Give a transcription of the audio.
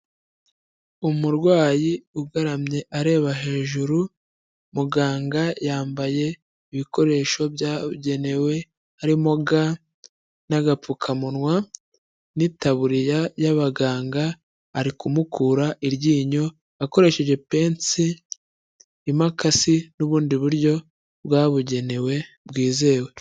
Umurwayi ugaramye areba hejuru, muganga yambaye ibikoresho byagenewe, harimo ga n'agapfukamunwa n'itaburiya y'abaganga, ari kumukura iryinyo akoresheje pensi, imakasi n'ubundi buryo bwabugenewe bwizewe.